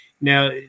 now